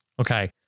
Okay